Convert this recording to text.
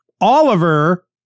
Oliver